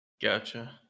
Gotcha